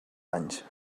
anys